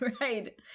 Right